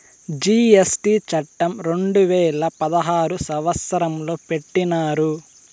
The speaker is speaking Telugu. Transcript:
జీ.ఎస్.టీ చట్టం రెండు వేల పదహారు సంవత్సరంలో పెట్టినారు